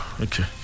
Okay